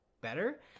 better